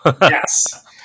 Yes